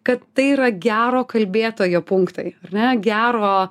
kad tai yra gero kalbėtojo punktai ar ne gero